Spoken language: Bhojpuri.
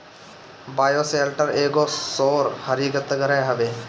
बायोशेल्टर एगो सौर हरितगृह हवे